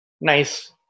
nice